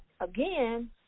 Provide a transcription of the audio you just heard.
again